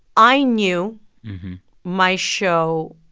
i knew my show